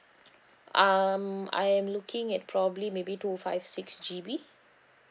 um I am looking at probably maybe two five six G_B